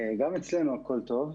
גם אצלנו הכול טוב.